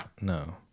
No